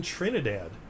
Trinidad